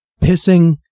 pissing